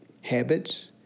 habits